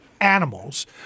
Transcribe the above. animals